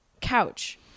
couch